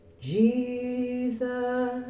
Jesus